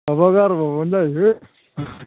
माबा गारबावबानो जायो